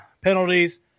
penalties